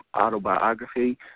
autobiography